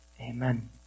Amen